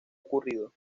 ocurrido